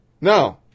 No